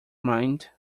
mind